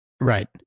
Right